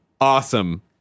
awesome